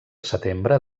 setembre